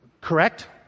Correct